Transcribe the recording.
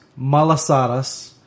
malasadas